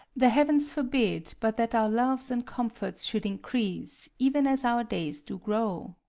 the heavens forbid but that our loves and comforts should increase even as our days do grow!